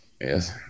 Yes